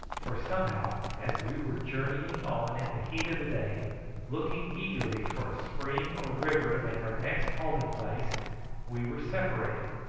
for somehow as we were journeying on in the heat of the day looking eagerly for a spring or river to make our next halting-place we were separated.